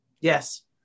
Yes